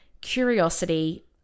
curiosity